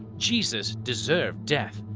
jesus deserved death,